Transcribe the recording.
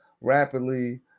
rapidly